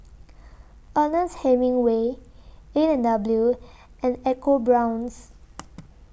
Ernest Hemingway A and W and EcoBrown's